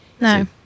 No